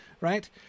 right